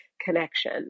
connection